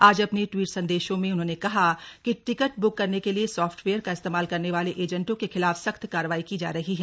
आज अपने ट्वीट संदेशों में उन्होंने कहा कि टिकट ब्क करने के लिए सॉफ्टवेयर का इस्तेमाल करने वाले एजेंटों के खिलाफ सख्त कार्रवाई की जा रही है